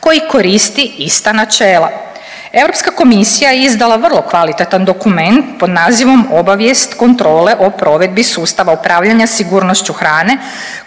koji koristi ista načela. Europska komisija je izdala vrlo kvalitetan dokument pod nazivom Obavijest, kontrole o provedbi sustava upravljanja sigurnošću hrane